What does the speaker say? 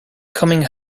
coming